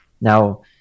now